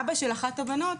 אבא של אחת הבנות